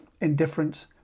indifference